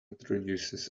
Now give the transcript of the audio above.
introduces